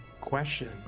question